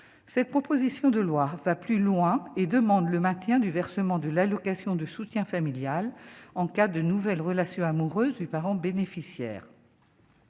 cette proposition de loi va plus loin et demande le maintien du versement de l'allocation de soutien familial en cas de nouvelles relations amoureuses et parents bénéficiaires